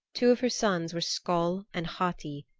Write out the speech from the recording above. two of her sons were skoll and hati,